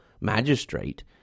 magistrate